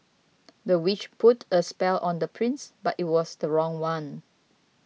the witch put a spell on the prince but it was the wrong one